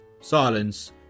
Silence